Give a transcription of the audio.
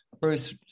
bruce